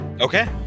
okay